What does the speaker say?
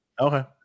okay